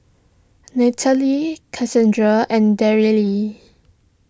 Nathaly Casandra and Darryle